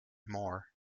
more